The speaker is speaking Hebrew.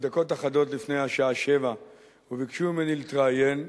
דקות אחדות לפני השעה 19:00. ביקשו ממני להתראיין,